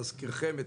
להזכירכם,